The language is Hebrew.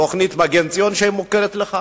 תוכנית "מגן ציון" שמוכרת לך